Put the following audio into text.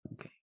Okay